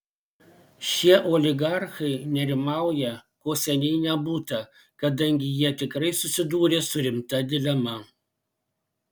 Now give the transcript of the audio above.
šie oligarchai nerimauja ko seniai nebūta kadangi jie tikrai susidūrė su rimta dilema